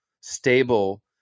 stable